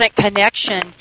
connection